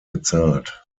gezahlt